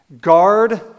guard